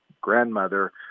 grandmother